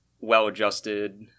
well-adjusted